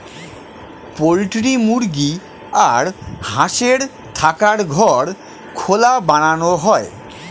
poultry মুরগি আর হাঁসের থাকার ঘর খোলা বানানো হয়